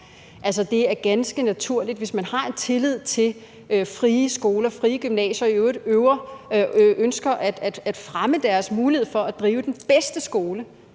Det er ganske naturligt, hvis man har en tillid til frie skoler og frie gymnasier og i øvrigt ønsker at fremme deres mulighed for at drive den bedste skole.